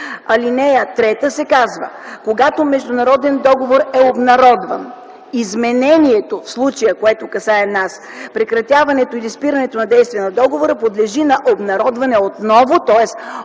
ал. 3 се казва: „Когато международен договор е обнародван, изменението,” – в случая, което касае нас - „прекратяването или спирането на действието на договора подлежи на обнародване отново.”